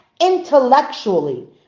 intellectually